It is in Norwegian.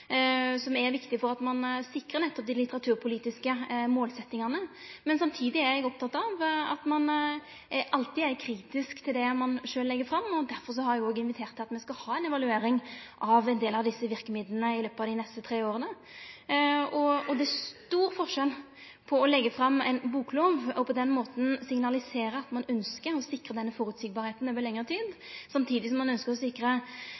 som er viktig for at ein sikrar nettopp dei litteraturpolitiske målsettingane. Men samtidig er eg opptatt av at ein alltid skal vere kritisk til det ein sjølv legg fram, og derfor har eg òg invitert til ei evaluering av ein del av desse verkemidla i løpet av dei neste tre åra. Det er stor forskjell på å leggje fram ein boklov og på den måten signalisere at ein ønskjer at det skal verte føreseieleg over lengre tid, samtidig som ein ønskjer å sikre dei rammevilkåra som trengst for å